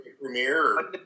premiere